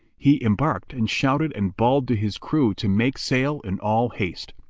he embarked and shouted and bawled to his crew to make sail in all haste.